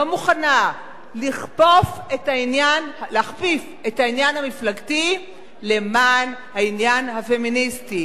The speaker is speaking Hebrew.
לא מוכנה להכפיף את העניין המפלגתי למען העניין הפמיניסטי.